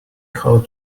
how